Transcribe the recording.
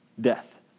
death